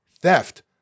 theft